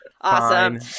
awesome